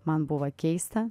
man buvo keista